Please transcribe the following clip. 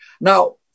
Now